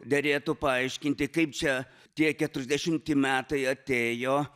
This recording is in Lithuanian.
derėtų paaiškinti kaip čia tie keturiasdešimti metai atėjo